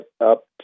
up